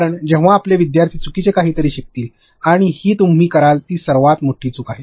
कारण तेव्हा आपले विद्यार्थी चुकीचे काहीतरी शिकतील आणि ही तुम्ही कराल ती सर्वात मोठी चूक आहे